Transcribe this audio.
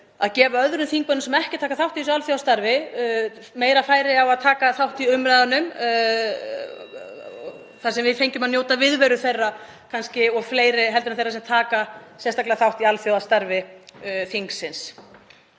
að gefa öðrum þingmönnum sem ekki taka þátt í alþjóðastarfinu meira færi á að taka þátt í umræðunum, (Forseti hringir.) þar sem við fengjum að njóta viðveru þeirra og þá fleiri en þeirra sem taka sérstaklega þátt í alþjóðastarfi þingsins.